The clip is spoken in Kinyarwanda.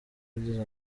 agize